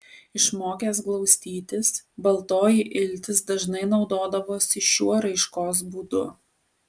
išmokęs glaustytis baltoji iltis dažnai naudodavosi šiuo raiškos būdu